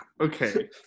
okay